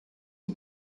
aux